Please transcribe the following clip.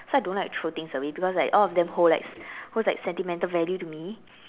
so I don't like to throw things away because like all of them hold like holds like sentimental value to me